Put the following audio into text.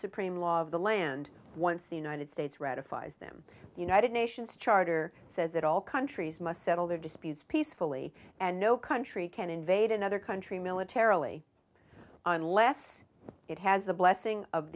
supreme law of the land once the united states ratifies them united nations charter says that all countries must settle their disputes peacefully and no country can invade another country militarily unless it has the blessing of